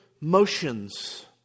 motions